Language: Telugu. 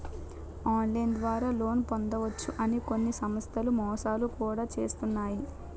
ఆన్లైన్ ద్వారా లోన్ పొందవచ్చు అని కొన్ని సంస్థలు మోసాలు కూడా చేస్తున్నాయి